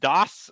Das